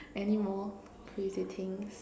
anymore crazy things